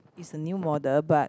is a new model but